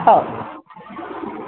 हो